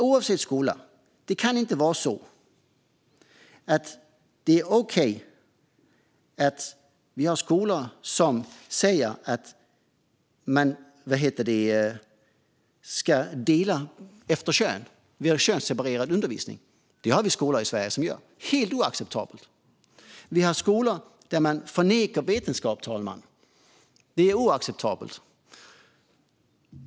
Oavsett skola kan det inte heller vara okej att vi har skolor som delar upp eleverna efter kön och har könsseparerad undervisning. Det har vi skolor i Sverige som gör - helt oacceptabelt! Vi har också skolor där man förnekar vetenskap, fru talman. Det är oacceptabelt.